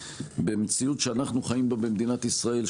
במציאות שאנחנו חיים בה במדינת ישראל,